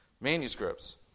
manuscripts